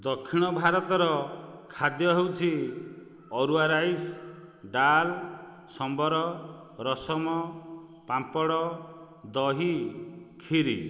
ଦକ୍ଷିଣ ଭାରତର ଖାଦ୍ୟ ହେଉଛି ଅରୁଆ ରାଇସ୍ ଡାଲ ସମ୍ବର ରସମ ପାମ୍ପଡ଼ ଦହି କ୍ଷୀରି